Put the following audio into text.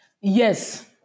Yes